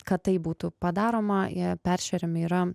kad tai būtų padaroma jie peršeriami yra